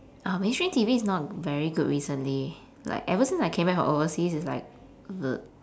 our mainstream T_V is not very good recently like ever since I came back from overseas it's like